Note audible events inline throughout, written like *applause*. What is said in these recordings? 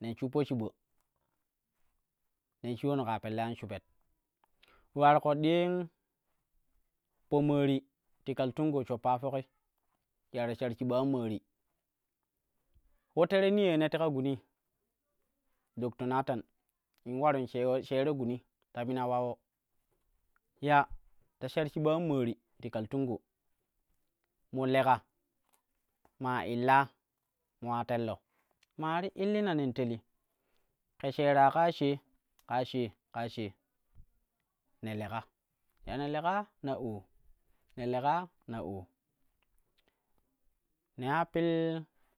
Nen shuppo shiba nen shirano kaa pelle an shube ule ular ƙoɗɗi po maari ti kaltungo shoppa foki ya ta shar shiba an maari ulo tere niyo ye ne teka gunii dr. Nathan in ularu in shewo sheero gumi ta mina ulawo ya ta shar shiba an maari ti kaltungo mo leka maa illa mo ula telno maa ti illina nen teli ke sheera kaa shee kaa shee kaa shee ne leka ya ne lekaa? Na oo ne lekaa? Na oo nen ula pill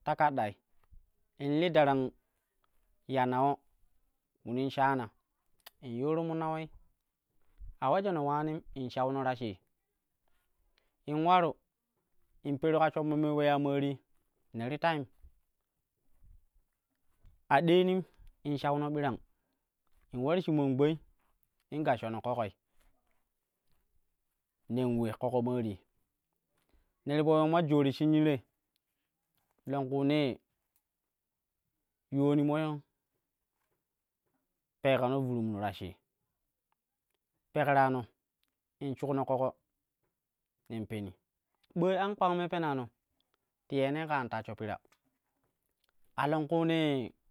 takaɗɗai in li darang ya nawo minim shana *noise* in yuuru mu nawoi a ulejono ulonim in shauno ta shii in ularo in peru ka shonmo me uleya maari ne ti teim a ɗeenim in shauno birnang in ular shik man in gashono ƙoƙoi nen ule ƙoƙo maari ne ti po yuuma joori shin yi te longkuunee yuwani mo peeka no vuruumno ta shii pekra no in shukno ƙoƙo nen peni ɓooi an kpang me penano ti ye nei ka an tashsho pira alangkuunee.